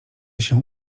się